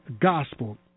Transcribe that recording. gospel